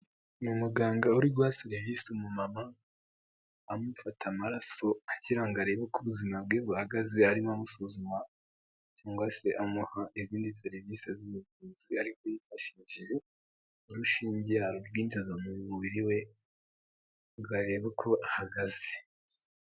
Ni umuganga uri guha serivisi umu mama amufata amaraso agira ngo arebe uko ubuzima bwe buhagaze arimo amusuzuma cyangwa se amuha izindi serivisi z'ubuvuzi ariko yifashishije urushinge arwinjiza mu mubiri we areba uko ahagaze.